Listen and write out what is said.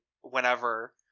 whenever